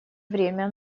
время